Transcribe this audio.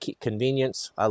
convenience